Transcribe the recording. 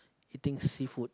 eating seafood